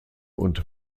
und